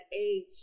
age